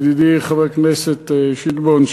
ידידי חבר הכנסת שטבון,